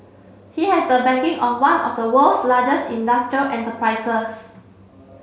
he has the backing of one of the world's largest industrial enterprises